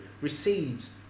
recedes